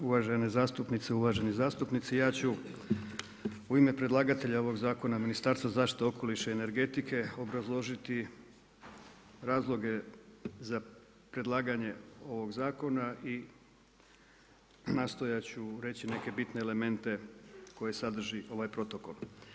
Uvažene zastupnice, uvaženi zastupnici ja ću u ime predlagatelja ovog zakona Ministarstvo zaštite, okoliša i energetike obrazložiti razloge za predlaganje ovog zakona i nastojat ću reći neke bitne elemente koje sadrži ovaj protokol.